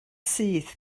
syth